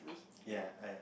ya I